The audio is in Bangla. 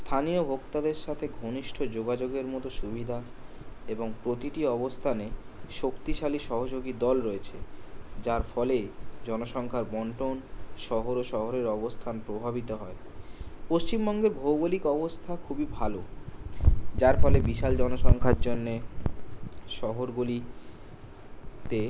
স্থানীয় ভোক্তাদের সাথে ঘনিষ্ঠ যোগাযোগের মতো সুবিধা এবং প্রতিটি অবস্থানে শক্তিশালী সহযোগী দল রয়েছে যার ফলে জনসংখ্যার বণ্টন শহর ও শহরের অবস্থান প্রভাবিত হয় পশ্চিমবঙ্গের ভৌগোলিক অবস্থা খুবই ভালো যার ফলে বিশাল জনসংখ্যার জন্য শহরগুলিতে